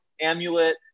amulet